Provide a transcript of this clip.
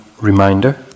reminder